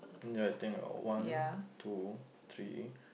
ya I think one two three